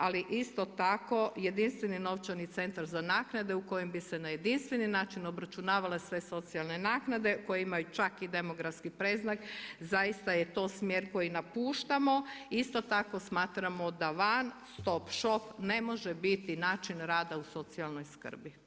Ali isto tako jedinstveni novčani centar za naknade u kojem bi se na jedinstveni način obračunavale sve socijalne naknade koje imaju čak i demografski predznak zaista je to smjer koji napuštamo i isto tako smatramo da van stop shop ne može biti način rada u socijalnoj skrbi.